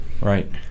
Right